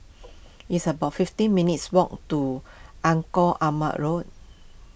it's about fifty minutes' walk to Engku Aman Road